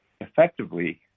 Effectively